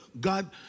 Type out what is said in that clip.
God